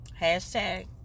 Hashtag